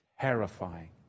Terrifying